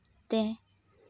ᱛᱮ